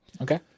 Okay